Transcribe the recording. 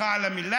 סליחה על המילה.